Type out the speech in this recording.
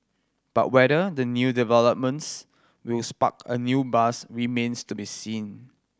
but whether the new developments will spark a new buzz remains to be seen